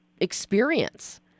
experience